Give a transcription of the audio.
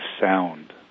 Sound